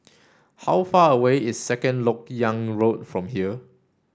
how far away is Second Lok Yang Road from here